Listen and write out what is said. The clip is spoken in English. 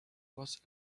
was